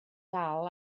dal